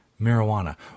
marijuana